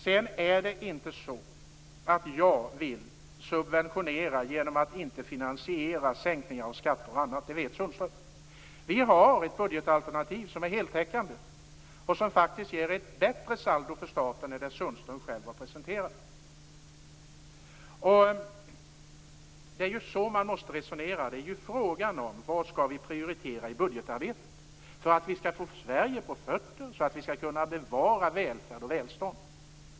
Det är vidare inte så att jag vill subventionera genom att inte finansiera sänkningar av skatter och annat - det vet Sundström. Vi har ett heltäckande budgetalternativ, som faktiskt ger ett bättre saldo för staten än det som Sundström själv har presenterat. Det är så man måste resonera. Frågan är vad vi skall prioritera i budgetarbetet för att få Sverige på fötter och kunna bevara välfärd och välstånd.